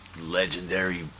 legendary